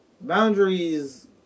boundaries